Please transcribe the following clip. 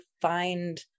find